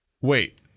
Wait